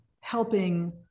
helping